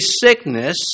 sickness